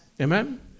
Amen